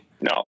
No